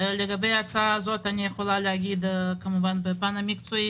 לגבי ההצעה הזאת אני יכולה להגיד כמובן בפן המקצועי